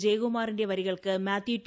ജയകുമാറിന്റെ വരികൾക്ക് മാത്യു ടി